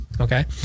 Okay